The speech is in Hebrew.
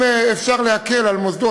אם אפשר להקל על מוסדות,